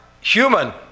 human